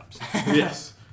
Yes